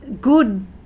Good